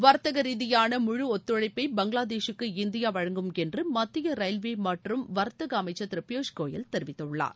வர்த்தகரீதியான முழு ஒத்துழைப்பை பங்களாதேஷுக்கு இந்தியா வழங்கும் என்று மத்திய ரயில்வே மற்றும் வர்த்தக அமைச்சர் திரு பியூஷ் கோயல் தெரிவித்துள்ளார்